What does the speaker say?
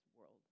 world